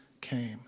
came